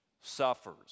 suffers